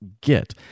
get